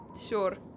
sure